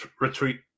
retreat